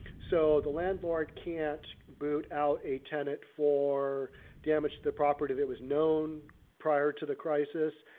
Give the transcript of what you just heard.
so the landlord can't boot out a tenant for damage to the property that was known prior to the crisis.